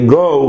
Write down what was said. go